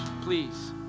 please